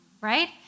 right